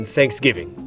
Thanksgiving